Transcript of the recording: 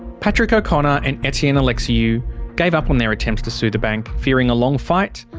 patrick o'connor and etienne alexiou gave up on their attempts to sue the bank fearing a long fight,